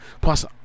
Plus